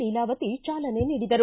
ಲೀಲಾವತಿ ಚಾಲನೆ ನೀಡಿದರು